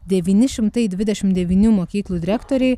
devyni šimtai dvidešimt devyni mokyklų direktoriai